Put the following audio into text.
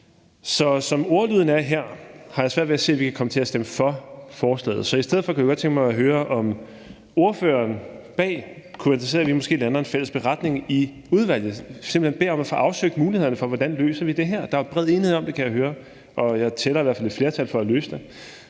Så som ordlyden er her, har jeg svært ved at se, at vi kan komme til at stemme for forslaget. Så i stedet for kunne jeg godt tænke mig at høre, om ordføreren bag kunne være interesseret i, at vi måske lander en fælles beretning i udvalget – at vi simpelt hen beder om at få afsøgt mulighederne for, hvordan vi løser det her. Jeg kan jo høre, at der er bred enighed om det, og jeg tæller i hvert fald et flertal for at løse det.